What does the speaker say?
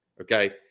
Okay